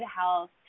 Health